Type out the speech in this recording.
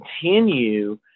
continue